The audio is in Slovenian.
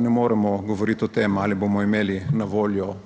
ne moremo govoriti o tem ali bomo imeli na voljo